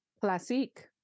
Classique